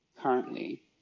currently